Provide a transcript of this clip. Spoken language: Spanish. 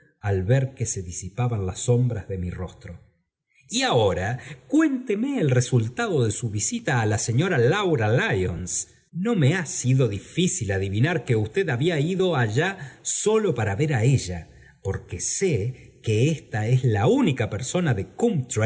al ver que se disipaban las sombras de mi rostro y ahora cuénteme el resultado de su visita á la señora laura lyons no me ha sido difícil adivinar que usted había ido allá sólo para ver á ella porque sé que ésta es la única persona de